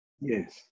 Yes